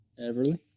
Everly